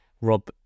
Rob